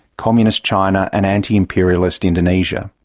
communist china and anti-imperialist indonesia.